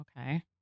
okay